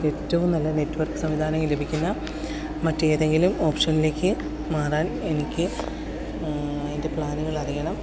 ഏറ്റവും നല്ല നെറ്റ്വർക്ക് സംവിധാനം ലഭിക്കുന്ന മറ്റ് ഏതെങ്കിലും ഓപ്ഷനിലേക്ക് മാറാൻ എനിക്ക് അതിൻ്റെ പ്ലാനുകൾ അറിയണം